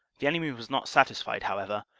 the enemy was not satisfied, however,